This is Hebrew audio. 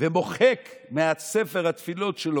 ומוחק מספר התפילות שלו